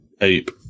ape